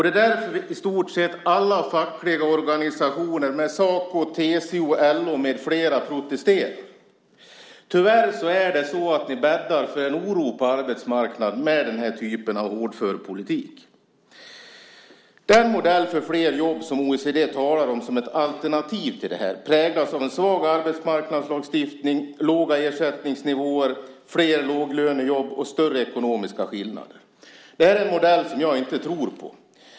Det är därför som i stort sett alla fackliga organisationer som Saco, TCO, LO med flera protesterar. Ni bäddar tyvärr för en oro på arbetsmarknaden med denna typ av hårdför politik. Den modell för flera jobb som OECD talar om som ett alternativ till detta präglas av en svag arbetsmarknadslagstiftning, låga ersättningsnivåer, flera låglönejobb och större ekonomiska skillnader. Jag tror inte på den modellen.